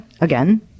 again